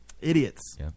Idiots